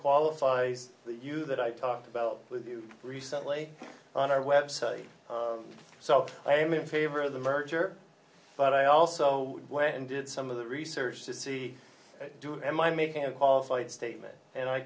qualifies you that i talked about with you recently on our website so i am in favor of the merger but i also went and did some of the research to see do am i making a qualified statement and i